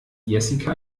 jessica